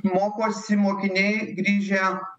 mokosi mokiniai grįžę